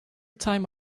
time